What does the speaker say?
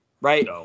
right